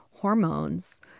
Hormones